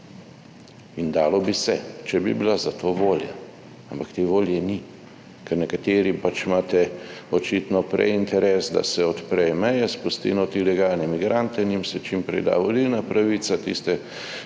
In dalo bi se, če bi bila za to volja, ampak te volje ni, ker nekateri pač imate očitno prej interes, da se odpre meje, spustimo ilegalne migrante, njim se čim prej da volilna pravica, tiste